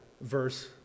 verse